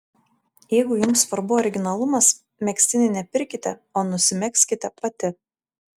jeigu jums svarbu originalumas megztinį ne pirkite o nusimegzkite pati